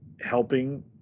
helping